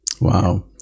Wow